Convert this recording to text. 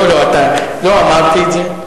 לא, לא אמרתי את זה.